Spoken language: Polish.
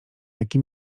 jaki